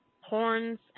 horns